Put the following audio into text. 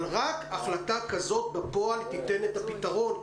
אבל רק החלטה כזאת בפועל תיתן את הפתרון.